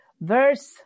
Verse